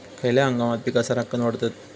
खयल्या हंगामात पीका सरक्कान वाढतत?